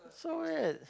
so weird